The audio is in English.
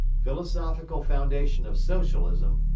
philosophical foundation of socialism,